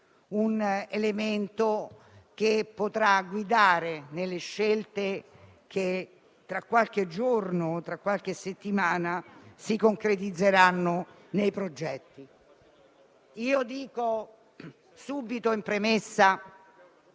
un elemento che potrà guidare nelle scelte che, tra qualche giorno, tra qualche settimana, si concretizzeranno nei progetti. Dico subito in premessa